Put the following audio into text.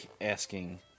asking